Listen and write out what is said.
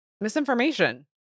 misinformation